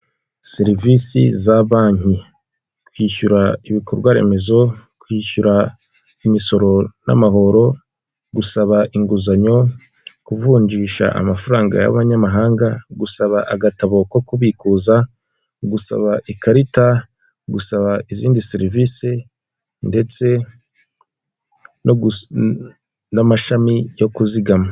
Serivisi za banki: kwishyura ibikorwa remezo, kwishyura imisoro namahoro, gusaba inguzanyo, kuvunjisha amafaranga y'amanyamahanga, gusaba agatabo ko kubikuza gusaba ikarita, gusaba izindi serivisi ndetse n'amashami yo kuzigama.